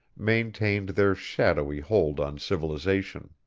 maintained their shadowy hold on civilization.